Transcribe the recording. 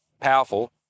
powerful